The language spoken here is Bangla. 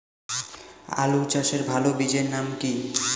আলু চাষের ভালো বীজের নাম কি?